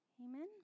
Amen